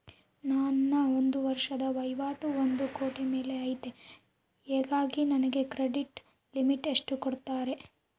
ನನ್ನ ಒಂದು ವರ್ಷದ ವಹಿವಾಟು ಒಂದು ಕೋಟಿ ಮೇಲೆ ಐತೆ ಹೇಗಾಗಿ ನನಗೆ ಕ್ರೆಡಿಟ್ ಲಿಮಿಟ್ ಎಷ್ಟು ಕೊಡ್ತೇರಿ?